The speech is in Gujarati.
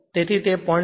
તેથી તે 0